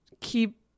keep